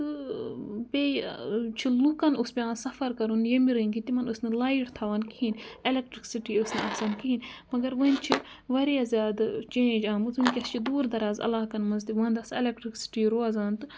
تہٕ بیٚیہِ چھُ لُکَن اوس پٮ۪وان سَفَر کَرُن ییٚمہِ رٔنٛگۍ کہِ تِمَن ٲس نہٕ لایِٹ تھاوان کِہیٖنۍ اٮ۪لٮ۪کٹٕرٛکسِٹی ٲس نہٕ آسان کِہیٖنۍ مگر وَنۍ چھِ واریاہ زیادٕ چینٛج آمُت وٕنکٮ۪س چھِ دوٗر دَراز عَلاقَن منٛز تہِ وَنٛدَس اٮ۪لیکٹِرٛکسِٹی روزان تہٕ